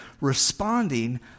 responding